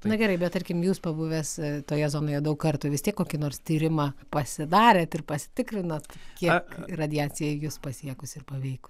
na gerai bet tarkim jūs pabuvęs toje zonoje daug kartų vis tiek kokį nors tyrimą pasidarėt ir pasitikrinot kiek radiacija jus pasiekusi ir paveikus